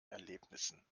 erlebnissen